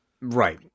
right